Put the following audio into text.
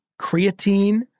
creatine